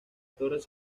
torres